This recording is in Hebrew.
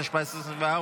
התשפ"ה 2024,